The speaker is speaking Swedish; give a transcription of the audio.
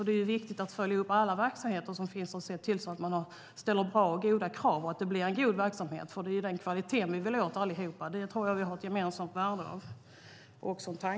Det är viktigt att följa upp alla verksamheter och se till att man ställer höga krav så att det blir en bra verksamhet, för god kvalitet vill vi åt allihop. Det tror jag att vi har ett gemensamt värde av.